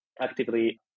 actively